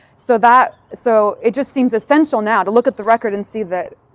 so that, so it just seems essential now to look at the record and see that